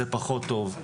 זה פחות טוב.